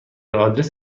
آدرس